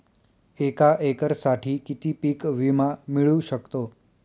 एका एकरसाठी किती पीक विमा मिळू शकतो?